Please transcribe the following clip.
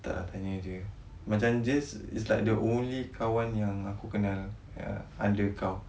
tak ah tanya jer macam just it's like the only kawan yang aku kenal uh under kau